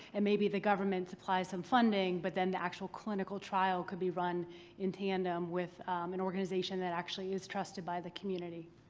it may be the government supplies some funding, but then the actual clinical trial could be run in tandem with an organization that actually is trusted by the community.